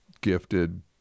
gifted